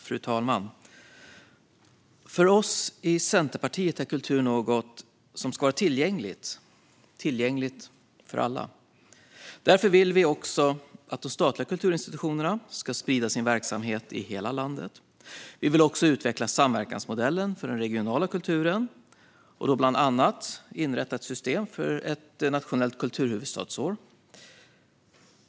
Fru talman! För oss i Centerpartiet är kultur något som ska vara tillgängligt för alla. Därför vill vi att de statliga kulturinstitutionerna ska sprida sin verksamhet i hela landet. Vi vill också utveckla samverkansmodellen för den regionala kulturen och bland annat inrätta ett system för ett nationellt kulturhuvudstadsår.